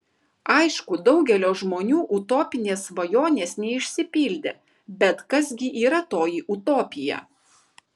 aišku daugelio žmonių utopinės svajonės neišsipildė bet kas gi yra toji utopija